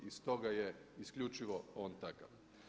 I stoga je isključivo on takav.